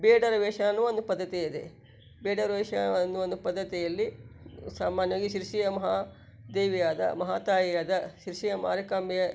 ಬೇಡರ ವೇಷ ಅನ್ನುವ ಒಂದು ಪದ್ಧತಿ ಇದೆ ಬೇಡರ ವೇಷ ಅನ್ನುವ ಒಂದು ಪದ್ಧತಿಯಲ್ಲಿ ಸಾಮಾನ್ಯವಾಗಿ ಸಿರ್ಸಿಯ ಮಹಾ ದೇವಿಯಾದ ಮಹಾತಾಯಿ ಆದ ಸಿರ್ಸಿಯ ಮಾರಿಕಾಂಬೆಯ